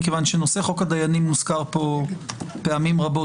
מכיוון שנושא חוק הדיינים הוזכר פה פעמים רבות,